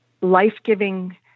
life-giving